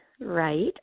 right